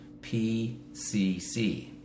PCC